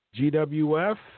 GWF